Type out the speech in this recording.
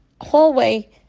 hallway